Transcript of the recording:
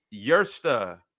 Yersta